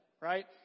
Right